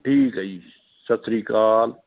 ਠੀਕ ਹੈ ਜੀ ਸਤਿ ਸ਼੍ਰੀ ਅਕਾਲ